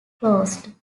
closed